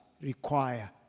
Require